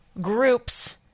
groups